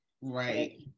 Right